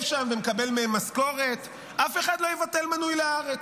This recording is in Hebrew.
שם ומקבל מהם משכורת אף אחד לא יבטל מנוי ל"הארץ".